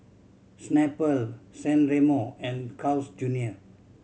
Snapple San Remo and Carl's Junior